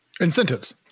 Incentives